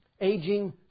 aging